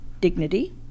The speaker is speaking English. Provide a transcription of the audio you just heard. dignity